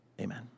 Amen